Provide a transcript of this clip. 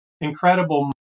incredible